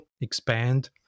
expand